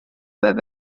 peab